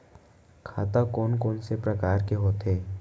खाता कोन कोन से परकार के होथे?